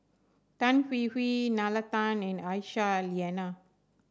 Tan Hwee Hwee Nalla Tan and Aisyah Lyana